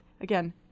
Again